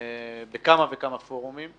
בכמה וכמה פורומים.